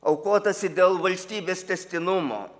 aukotasi dėl valstybės tęstinumo